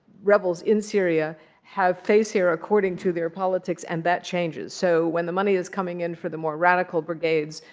rebels in syria have face hair according to their politics. and that changes. so when the money is coming in for the more radical brigades,